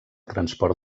transport